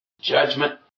judgment